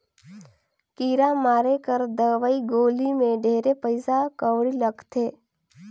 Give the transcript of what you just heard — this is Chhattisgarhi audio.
कीरा मारे कर दवई गोली मे ढेरे पइसा कउड़ी लगथे